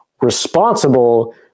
responsible